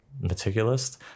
meticulous